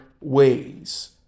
ways